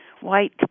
white